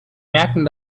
merken